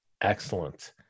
Excellent